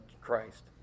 Christ